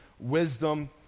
Wisdom